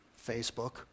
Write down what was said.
Facebook